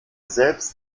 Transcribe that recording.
selbst